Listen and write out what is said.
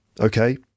Okay